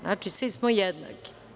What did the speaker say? Znači, svi smo jednaki.